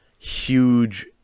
huge